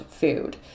food